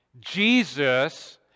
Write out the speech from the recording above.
Jesus